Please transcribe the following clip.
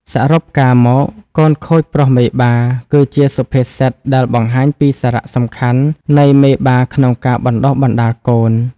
សរុបការមក កូនខូចព្រោះមេបា គឺជាពាក្យសុភាសិតដែលបង្ហាញពីសារៈសំខាន់នៃមេបាក្នុងការបណ្តុះបណ្តាលកូន។